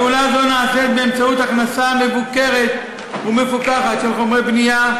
פעולה זו נעשית באמצעות הכנסה מבוקרת ומפוקחת של חומרי בנייה,